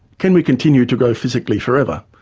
can we continue to grow physically forever?